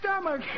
stomach